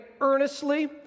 earnestly